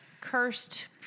cursed